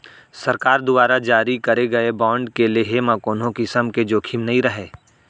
सरकार दुवारा जारी करे गए बांड के लेहे म कोनों किसम के जोखिम नइ रहय